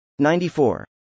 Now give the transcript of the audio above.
94